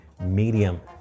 medium